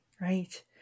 right